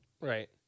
Right